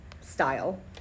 style